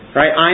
right